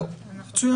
"מחקר"